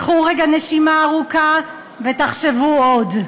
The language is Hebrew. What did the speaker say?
קחו רגע נשימה ארוכה ותחשבו עוד.